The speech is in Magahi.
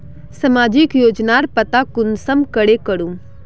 सामाजिक योजनार पता कुंसम करे करूम?